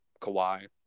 Kawhi